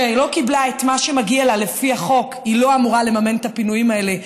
שלא קיבלה את מה שמגיע לה לפי החוק היא לא אמורה לממן את הפינויים האלה,